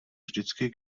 vždycky